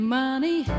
money